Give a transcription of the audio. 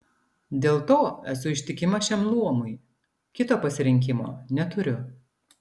dėl to esu ištikima šiam luomui kito pasirinkimo neturiu